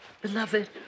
Beloved